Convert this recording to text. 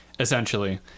Essentially